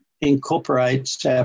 incorporates